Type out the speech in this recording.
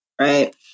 right